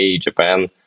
Japan